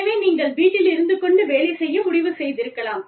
எனவே நீங்கள் வீட்டில் இருந்து கொண்டு வேலை செய்ய முடிவு செய்திருக்கலாம்